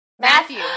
Matthew